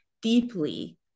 deeply